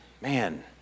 Man